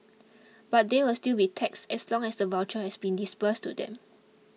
but they will still be taxed as long as the voucher has been disbursed to them